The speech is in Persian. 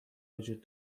وجود